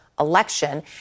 election